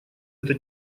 эта